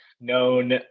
Known